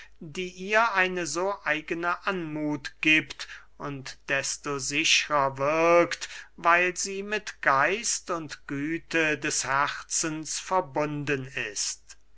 die ihr eine so eigene anmuth giebt und desto sichrer wirkt weil sie mit geist und güte des herzens verbunden ist